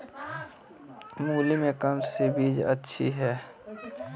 मूली में कौन सी बीज अच्छी है?